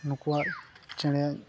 ᱱᱩᱠᱩᱣᱟᱜ ᱪᱮᱬᱮ